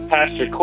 Pastor